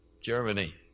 Germany